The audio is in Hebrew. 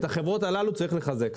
את החברות האלה צריך לחזק.